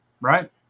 right